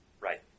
Right